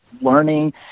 learning